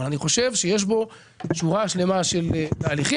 אבל אני חושב שיש בו שורה שלמה של תהליכים.